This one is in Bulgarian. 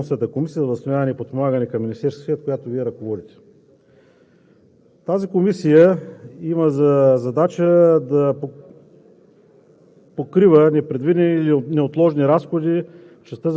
Колегата Ципов Ви зададе въпрос, аз ще го доразвия, за Междуведомствената комисия за възстановяване и подпомагане към Министерския съвет, която Вие ръководите. Тази комисия има за задача да